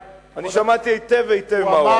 אני שמעתי היטב היטב מה הוא אמר.